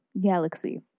galaxy